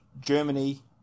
Germany